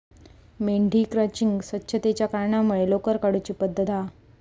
मेंढी क्रचिंग स्वच्छतेच्या कारणांमुळे लोकर काढुची पद्धत हा